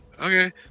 okay